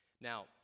Now